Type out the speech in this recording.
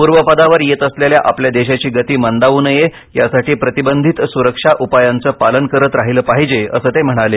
पूर्वपदावर येत असलेल्या आपल्या देशाची गती मंदावू नये यासाठी प्रतिबंधित सुरक्षा उपायाचं पालन करत राहीलं पाहिजे असं ते म्हणाले